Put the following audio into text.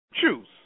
Choose